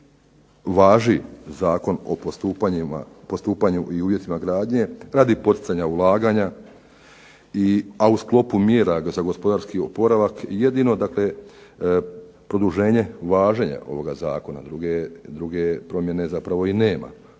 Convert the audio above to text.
važi zakon o postupanju i uvjetima gradnje, radi poticanja ulaganja, a u sklopu mjera za gospodarski oporavak jedino dakle produženje važenja ovog zakona. Druge promjene zapravo i nema,